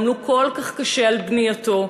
עמלו כל כך קשה על בנייתו.